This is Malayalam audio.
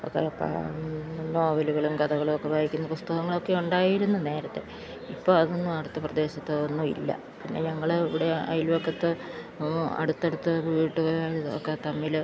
ഒക്കെ നോവലുകളും കഥകളുമൊക്കെ വായിക്കുന്ന പുസ്തകങ്ങളൊക്കെ ഉണ്ടായിരുന്നു നേരത്തെ ഇപ്പോള് അതൊന്നും അടുത്ത പ്രദേശത്തോ ഒന്നുമില്ല പിന്നെ ഞങ്ങള് ഇവിടെ അയൽപക്കത്ത് അടുത്തടുത്ത വീട്ടുകാര് ഒക്കെ തമ്മില്